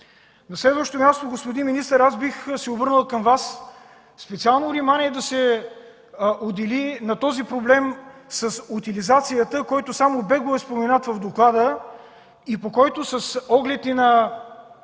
На следващо място, господин министър, бих се обърнал към Вас – специално внимание да се отдели на проблема с утилизацията, който само бегло е споменат в доклада и по който, с оглед на